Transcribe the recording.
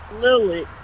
Lily